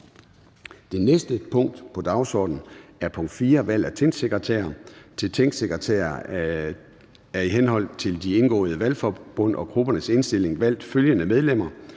Det næste punkt på dagsordenen er: 4) Valg af 4 tingsekretærer. Kl. 14:19 Formanden (Søren Gade): Til tingsekretærer er i henhold til de indgåede valgforbund og gruppernes indstilling valgt følgende medlemmer: